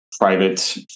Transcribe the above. private